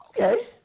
Okay